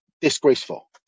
disgraceful